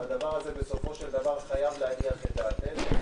והדבר הזה בסופו של דבר חייב להניח את דעתנו,